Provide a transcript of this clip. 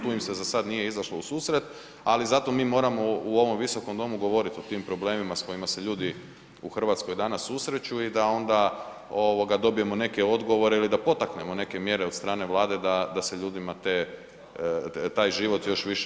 Tu im se zasad nije izašlo u susret, ali zato mi moramo u ovom Visokom domu govoriti o tim problemima s kojima se ljudi u Hrvatskoj danas susreću i da onda dobijemo neke odgovore ili da potaknemo neke mjere od strane Vlade da se ljudima te, taj život još više olakša.